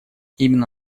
именно